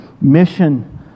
mission